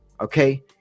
Okay